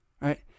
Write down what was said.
right